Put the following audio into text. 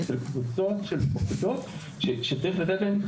של קבוצות שצריכים לתת להם,